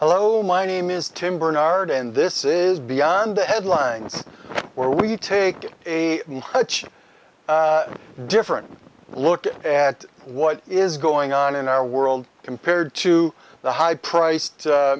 hello my name is tim barnard and this is beyond the headlines where we take a much different look at what is going on in our world compared to the high priced